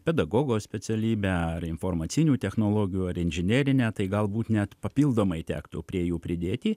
pedagogo specialybę ar informacinių technologijų ar inžinerinę tai galbūt net papildomai tektų prie jų pridėti